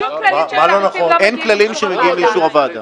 שום כללים של תעריפים לא מגיעים לאישור הוועדה.